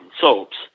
soaps